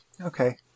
okay